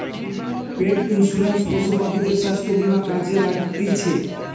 পেট insurance পশু পাখিদের স্বাস্থ্য বীমা কাজে লাগতিছে